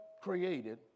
created